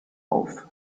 auf